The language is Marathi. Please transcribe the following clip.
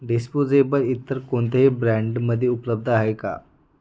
डिस्पोजेबल इतर कोणत्याही ब्रँडमधे उपलब्ध आहे का